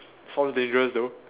sounds dangerous though